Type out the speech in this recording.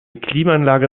klimaanlage